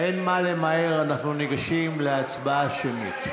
אין מה למהר, אנחנו ניגשים להצבעה שמית.